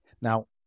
now